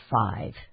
five